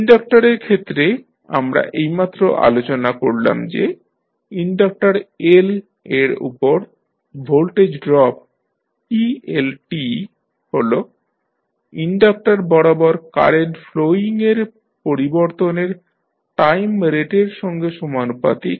ইনডাকটরের ক্ষেত্রে আমরা এইমাত্র আলোচনা করলাম যে ইনডাকটর L এর উপর ভোল্টেজ ড্রপ eLt হল ইনডাকটর বরাবর কারেন্ট ফ্লোয়িং এর পরিবর্তনের টাইম রেটের সঙ্গে সমানুপাতিক